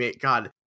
god